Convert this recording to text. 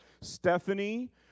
Stephanie